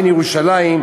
אין ירושלים,